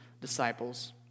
disciples